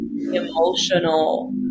emotional